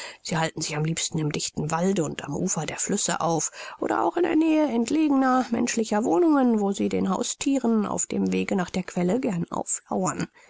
sie halten sich am liebsten im dichten walde und am ufer der flüsse auf oder auch in der nähe entlegener menschlicher wohnungen wo sie den hausthieren auf dem wege nach der quelle gern auflauern